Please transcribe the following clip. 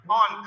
on